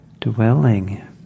dwelling